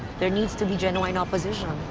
there needs to be genuine opposition.